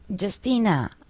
Justina